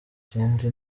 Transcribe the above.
ikindi